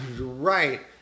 right